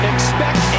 Expect